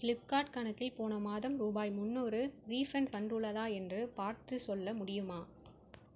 Flipkart கணக்கில் போன மாதம் ரூபாய் முன்னூறு ரீஃபண்ட் வந்துள்ளதா என்று பார்த்து சொல்ல முடியுமா